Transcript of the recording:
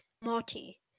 Marty